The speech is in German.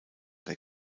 der